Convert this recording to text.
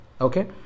Okay